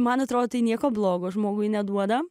man atrodo nieko blogo žmogui neduoda